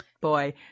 Boy